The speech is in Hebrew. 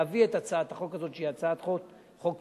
להביא את הצעת החוק הזאת שהיא הצעת חוק מינוחית,